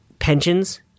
Pensions